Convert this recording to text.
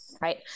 Right